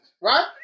right